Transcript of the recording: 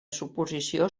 suposició